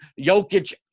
Jokic